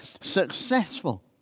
successful